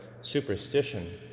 superstition